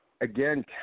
again